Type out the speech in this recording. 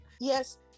yes